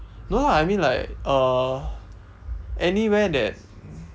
no lah I mean like uh anywhere that